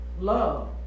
Love